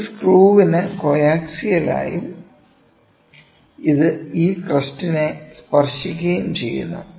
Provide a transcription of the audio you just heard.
അത് സ്ക്രൂവിന് കോയാക്സിയാലും ആ ക്രെസ്റ്റിനെ സ്പർശിക്കുകയും ചെയ്യുന്നു